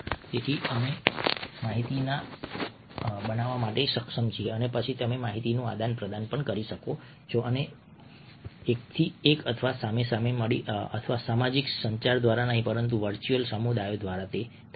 તેથી અમે માહિતી બનાવવા માટે સક્ષમ છીએ અને પછી તમે માહિતીનું આદાન પ્રદાન કરી શકો છો અને આ એક થી એક અથવા સામ સામે અથવા સામાજિક સંચાર દ્વારા નહીં પરંતુ વર્ચ્યુઅલ સમુદાયો દ્વારા થાય છે